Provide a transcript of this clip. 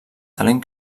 talent